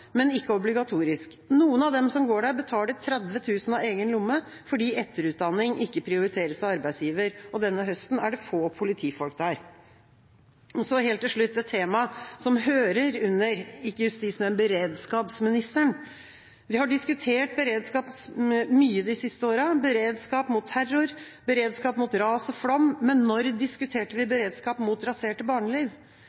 men ikke obligatoriske. Noen av dem som går der, betaler 30 000 kr av egen lomme, fordi etterutdanning ikke prioriteres av arbeidsgiver. Denne høsten går det få politifolk der. Helt til slutt et tema som hører under ikke justis-, men beredskapsministeren: Vi har diskutert beredskap mye de siste årene – beredskap mot terror, beredskap mot ras og flom – men når diskuterte vi